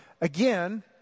Again